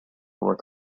work